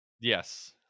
Yes